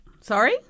Sorry